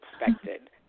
expected